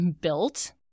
built